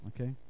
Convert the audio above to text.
Okay